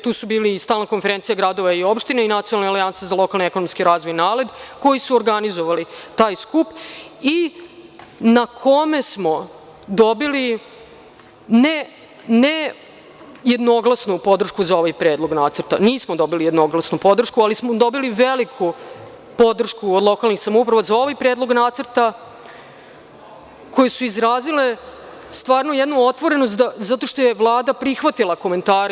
Tu je bila i Stalna konferencija gradova i opština i Nacionalna alijansa za lokalni ekonomski razvoj NALED koji su organizovali taj skup i na kome smo dobili, ne jednoglasnu podršku za ovaj Predlog nacrta, nismo dobili jednoglasnu podršku, ali smo dobili veliku podršku od lokalnih samouprava za ovaj Predlog nacrta, koje su izrazile jednu otvorenost zato što je Vlada prihvatila komentare.